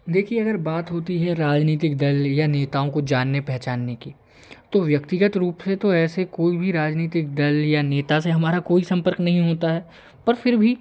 देखिए अगर बात होती है राजनीतिक दल या नेताओं को जानने पहचानने की तो व्यक्तिगत रूप से तो ऐसे कोई भी राजनीतिक दल या नेता से हमारा कोई संपर्क नहीं होता है पर फिर भी